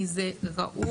כי זה ראוי,